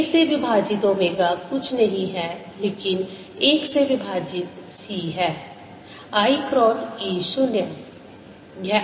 k से विभाजित omega कुछ नहीं है लेकिन 1 से विभाजित c है i क्रॉस E 0